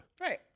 Right